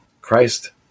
Christ